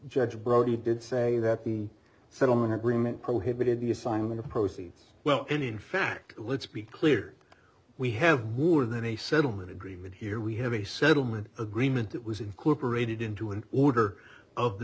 judge brody did say that the settlement agreement prohibited the signing the proceeds well any in fact let's be clear we have more than a settlement agreement here we have a settlement agreement that was incorporated into an order of the